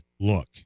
look